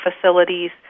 facilities